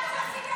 מה קרה?